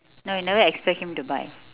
no you never expect him to buy